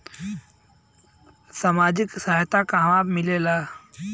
सामाजिक सहायता होला का?